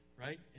right